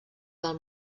del